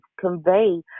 convey